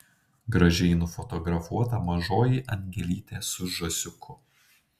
gražiai nufotografuota mažoji angelytė su žąsiuku